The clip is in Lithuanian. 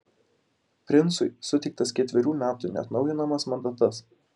princui suteiktas ketverių metų neatnaujinamas mandatas